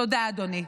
תודה, אדוני.